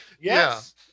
yes